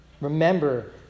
Remember